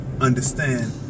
understand